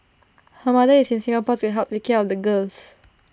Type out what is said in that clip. her mother is in Singapore to help take care of the girls